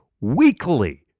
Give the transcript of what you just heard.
weekly